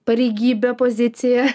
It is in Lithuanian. pareigybe pozicija